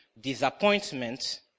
disappointment